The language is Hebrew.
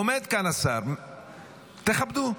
עומד כאן השר, תכבדו.